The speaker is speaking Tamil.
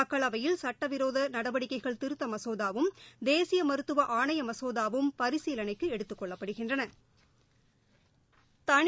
மக்களவையில் சுட்டவிரோதநடவடிக்கைகள் திருத்தமசோதாவும் தேசியமருத்துவஆணையமசோதாவும் பரிசீலனைக்குஎடுக்கப்படுகின்றன